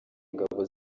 ingabo